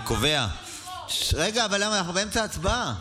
אני קובע, רגע, אבל אנחנו באמצע הצבעה.